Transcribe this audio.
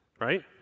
right